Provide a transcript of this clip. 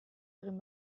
egin